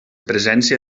presència